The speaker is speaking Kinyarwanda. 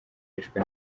yishwe